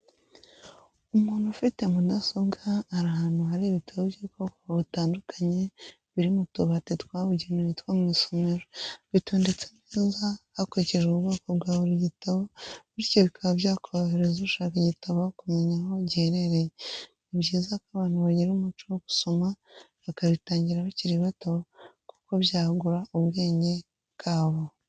Umuntu ufite mudasobwa ari ahantu hari bitabo by'ubwoko butandukanye biri mu tubati twabugenewe two mu isomero, bitondetse neza hakurikijwe ubwoko bwa buri gitabo bityo bikaba byakorohereza ushaka igitabo kumenya aho giherereye, ni byiza ko abantu bagira umuco wo gusoma bakabitangira bakiri bato kuko byagura ubwenge bwabo.